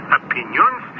opinions